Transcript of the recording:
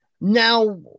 now